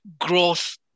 growth